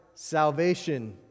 Salvation